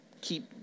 keep